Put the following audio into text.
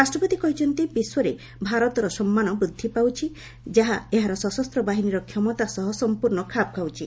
ରାଷ୍ଟ୍ରପତି କହିଛନ୍ତି ବିଶ୍ୱରେ ଭାରତର ସମ୍ମାନ ବୁଦ୍ଧି ପାଉଛି ଯାହା ଏହାର ସଶସ୍ତ ବାହିନୀର କ୍ଷମତା ସହ ସମ୍ପୂର୍ଣ୍ଣ ଖାପ ଖାଉଛି